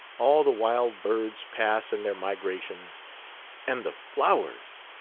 all the wild birds pass in their migrations and the flowers!